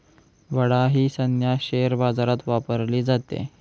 बडा ही संज्ञा शेअर बाजारात वापरली जाते